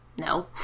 no